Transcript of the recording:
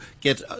get